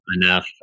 enough